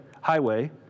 highway